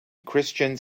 christians